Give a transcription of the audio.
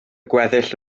gweddill